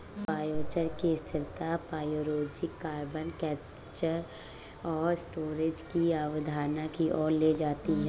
biochar की स्थिरता pyrogenic carbon capture और स्टोरेज की अवधारणा की ओर ले जाती है